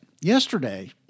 Yesterday